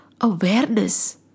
awareness